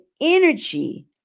energy